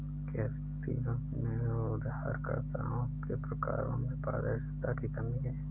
क्या व्यक्तियों में उधारकर्ताओं के प्रकारों में पारदर्शिता की कमी है?